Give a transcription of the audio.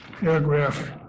paragraph